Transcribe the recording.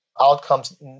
outcomes